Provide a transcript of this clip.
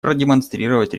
продемонстрировать